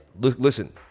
listen